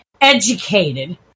educated